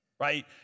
Right